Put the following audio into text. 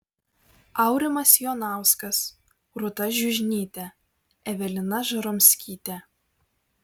aurimas jonauskas rūta žiužnytė evelina žaromskytė